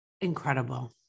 incredible